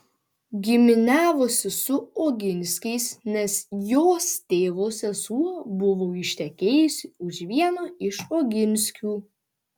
giminiavosi su oginskiais nes jos tėvo sesuo buvo ištekėjusi už vieno iš oginskių